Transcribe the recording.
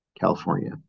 california